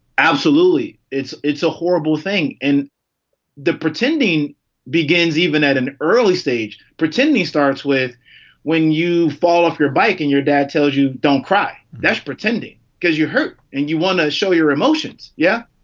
absolutely. it's it's a horrible thing. and the pretending begins even at an early stage. pretend these starts with when you fall off your bike and your dad tells you don't cry. that's pretending because you're hurt and you want to show your emotions. yeah.